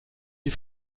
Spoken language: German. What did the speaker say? die